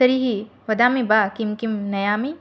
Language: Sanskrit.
तर्हि वदामि वा किं किं नयामि